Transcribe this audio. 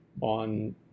on